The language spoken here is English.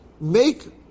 Make